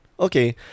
Okay